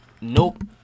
Nope